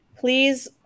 Please